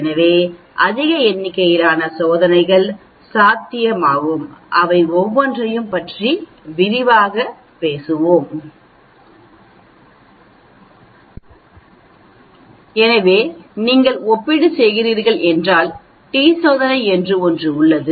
எனவே அதிக எண்ணிக்கையிலான சோதனைகள் சாத்தியமாகும் அவை ஒவ்வொன்றையும் பற்றி விரிவாகப் பேசுவோம் எனவே நீங்கள் ஒப்பீடு செய்கிறீர்கள் என்றால் டி சோதனை என்று ஒன்று உள்ளது